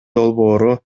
долбоору